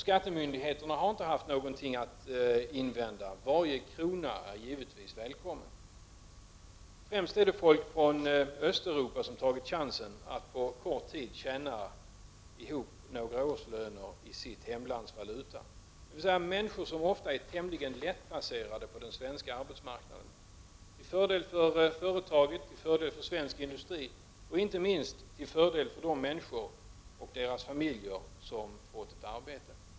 Skattemyndigheterna har inte haft någonting att invända. Varje krona är givetvis välkommen. Det är främst människor från Östeuropa som tagit chansen att på kort tid tjäna ihop ett belopp motsvarande några årslöner i sitt hemlands valuta, dvs. människor som oftast är tämligen lättplacerade på den svenska arbetsmarknaden. Detta är till fördel för företaget och för svensk industri och inte minst till fördel för de människor som fått ett arbete och för deras familjer.